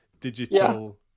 digital